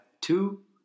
Two